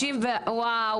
450 וואוו,